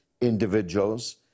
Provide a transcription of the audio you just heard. individuals